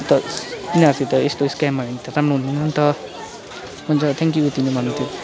त तिनीहरूसित यस्तो स्क्याम भयो भने त राम्रो हुँदैन नि त हुन्छ थ्याङ्कयु यति नै भन्नु थियो